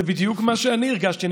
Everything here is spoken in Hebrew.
זה בדיוק מה שאני הרגשתי.